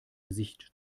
gesicht